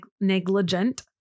negligent